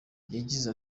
yagize